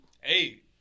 Hey